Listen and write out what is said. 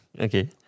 Okay